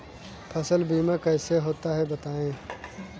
फसल बीमा कैसे होता है बताएँ?